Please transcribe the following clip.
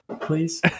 please